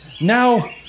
now